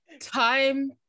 time